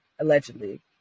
allegedly